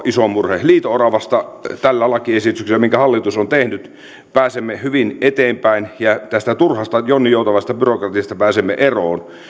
iso murhe liito oravasta tällä lakiesityksellä minkä hallitus on tehnyt pääsemme hyvin eteenpäin ja tästä turhasta jonninjoutavasta byrokratiasta pääsemme eroon